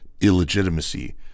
illegitimacy